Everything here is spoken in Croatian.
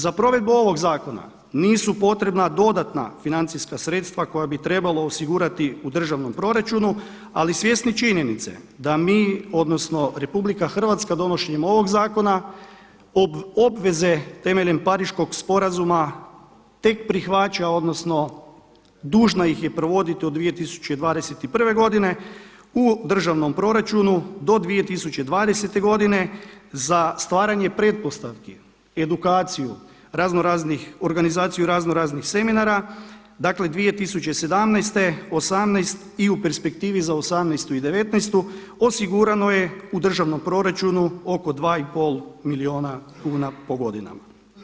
Za provedbu ovog zakona nisu potrebna dodatna financijska sredstva koja bi trebalo osigurati u državnom proračunu, ali svjesni činjenica da mi odnosno RH donošenjem ovog zakona obveze temeljem Pariškog sporazuma tek prihvaća odnosno dužna ih je provoditi do 2021. godine u državnom proračunu do 2020. godine, za stvaranje pretpostavki, edukaciju, organizaciju raznoraznih seminara, dakle 2017., 18 i u perspektivu za '18. i '19. osigurano je u državnom proračunu oko 2,5 milijuna kuna po godinama.